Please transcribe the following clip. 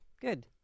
Good